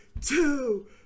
two